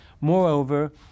Moreover